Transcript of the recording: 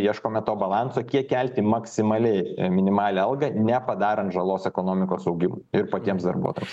ieškome to balanso kiek kelti maksimaliai minimalią algą nepadarant žalos ekonomikos augimui ir patiems darbuotojams